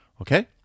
okay